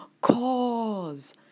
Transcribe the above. cause